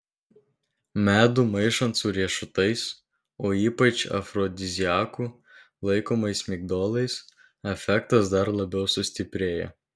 medų maišant su riešutais o ypač afrodiziaku laikomais migdolais efektas dar labiau sustiprėja